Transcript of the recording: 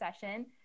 session